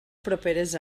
properes